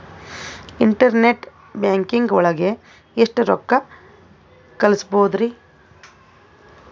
Internet banking ಒಳಗೆ ಎಷ್ಟ್ ರೊಕ್ಕ ಕಲ್ಸ್ಬೋದ್ ರಿ?